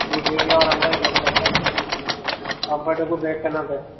మీకు ఏది కావాలంటే అయి దొరుకుతాయి సార్ కంఫర్టబుల్ రేట్లో ఉంటాయి సార్